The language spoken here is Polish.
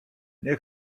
nie